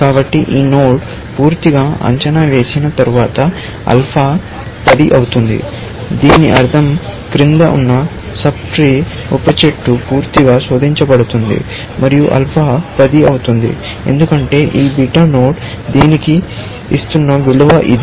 కాబట్టి ఈ నోడ్ పూర్తిగా అంచనా వేసిన తరువాత ఆల్ఫా 10 అవుతుంది దీని అర్థం క్రింద ఉన్న సబ్ ట్రీ పూర్తిగా శోధించబడుతుంది మరియు ఆల్ఫా 10 అవుతుంది ఎందుకంటే ఈ బీటా నోడ్ దీనికి ఇస్తున్న విలువ ఇది